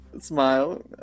Smile